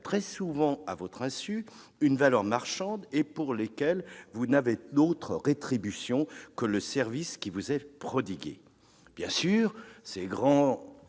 très souvent à votre insu, une valeur marchande et pour lesquelles vous n'avez d'autre rétribution que le service qui vous est prodigué. Bien sûr, ces grands